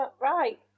Right